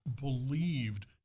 believed